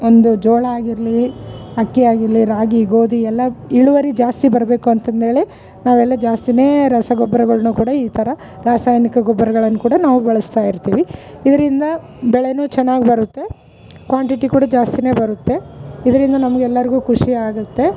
ಒಂದು ಜೋಳ ಆಗಿರಲಿ ಅಕ್ಕಿ ಆಗಿರಲಿ ರಾಗಿ ಗೋಧಿ ಎಲ್ಲ ಇಳುವರಿ ಜಾಸ್ತಿ ಬರಬೇಕು ಅಂತಂದೇಳಿ ನಾವೆಲ್ಲ ಜಾಸ್ತಿ ರಸಗೊಬ್ಬರಗಳ್ನು ಕೂಡ ಈ ಥರ ರಾಸಾಯನಿಕ ಗೊಬ್ಬರಗಳನ್ನು ಕೂಡ ನಾವು ಬಳಸ್ತಾ ಇರ್ತಿವಿ ಇದರಿಂದ ಬೆಳೆ ಚೆನ್ನಾಗ್ ಬರುತ್ತೆ ಕ್ವಾಂಟಿಟಿ ಕೂಡ ಜಾಸ್ತಿ ಬರುತ್ತೆ ಇದರಿಂದ ನಮಗೆಲ್ಲಾರ್ಗು ಖುಷಿ ಆಗುತ್ತೆ